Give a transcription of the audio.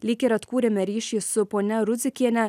lyg ir atkūrėme ryšį su ponia rudzikiene